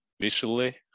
visually